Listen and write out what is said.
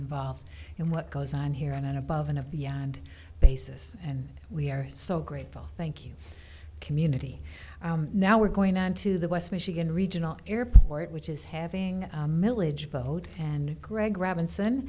involved in what goes on here and above and beyond basis and we are so grateful thank you community now we're going on to the west michigan regional airport which is having milledge boat and greg robinson